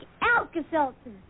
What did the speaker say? Alka-Seltzer